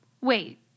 wait